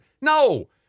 No